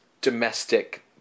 domestic